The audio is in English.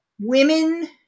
women